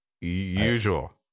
Usual